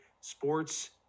Sports